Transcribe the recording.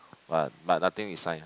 but but nothing is sign ah